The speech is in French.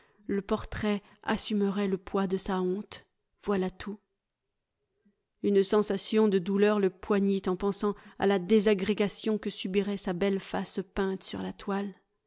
le portrait assumerait le poids de sa honte voilà tout l ll une sensation de douleur le poignit en pensant à la désagrégation que subirait sa belle face peinte sur la toile